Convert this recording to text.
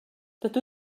dydw